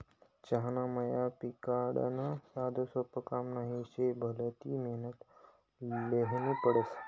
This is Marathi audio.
चहाना मया पिकाडनं साधंसोपं काम नही शे, भलती मेहनत ल्हेनी पडस